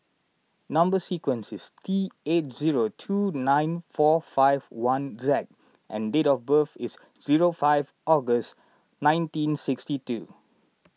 Number Sequence is T eight zero two nine four five one Z and date of birth is zero five August nineteen sixty two